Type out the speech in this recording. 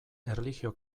erlijio